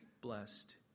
blessed